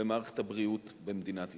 במערכת הבריאות במדינת ישראל.